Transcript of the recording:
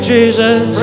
Jesus